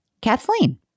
Kathleen